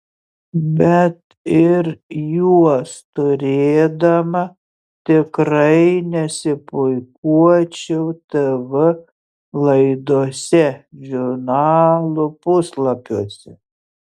bet ir juos turėdama tikrai nesipuikuočiau tv laidose žurnalų puslapiuose